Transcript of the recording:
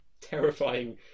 terrifying